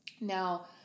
Now